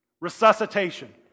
Resuscitation